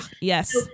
Yes